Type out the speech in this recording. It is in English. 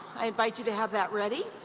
i invite you to have that ready.